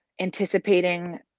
anticipating